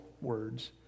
words